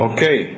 Okay